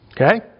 Okay